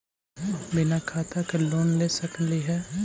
बिना खाता के लोन ले सकली हे?